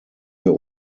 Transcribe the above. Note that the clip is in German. wir